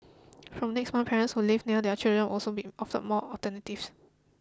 from next month parents who live near their children also be offered more alternatives